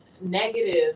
Negative